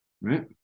right